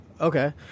Okay